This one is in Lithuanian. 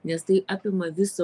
nes tai apima visą